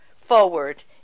forward